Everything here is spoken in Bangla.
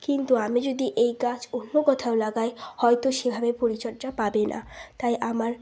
কিন্তু আমি যদি এই গাছ অন্য কোথাও লাগাই হয়তো সেইভাবে পরিচর্যা পাবে না তাই আমার